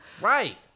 Right